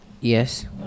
Yes